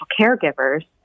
caregivers